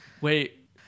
Wait